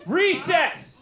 recess